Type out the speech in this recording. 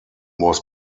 was